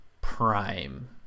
prime